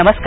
नमस्कार